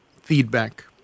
feedback